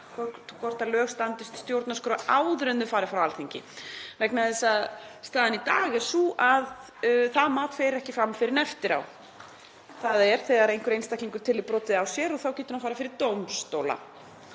hvort lög standist stjórnarskrá áður en þau fari frá Alþingi, vegna þess að staðan í dag er sú að það mat fer ekki fram fyrr en eftir á, þ.e. þegar einhver einstaklingur telur brotið á sér og þá getur hann farið fyrir dómstóla.